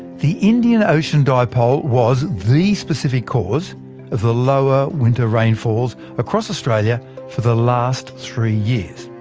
the indian ocean dipole was the specific cause of the lower winter rainfalls across australia for the last three years.